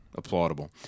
applaudable